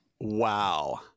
Wow